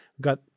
got